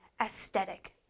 aesthetic